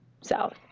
south